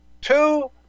two